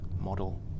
model